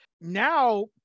Now